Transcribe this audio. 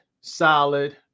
solid